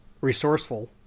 resourceful